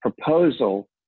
proposal